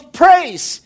praise